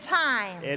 time